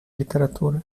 літератури